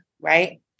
right